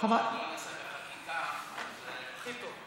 הכי טוב.